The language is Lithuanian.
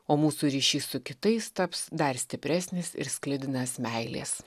o mūsų ryšys su kitais taps dar stipresnis ir sklidinas meilės